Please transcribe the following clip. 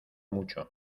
mucho